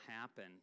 happen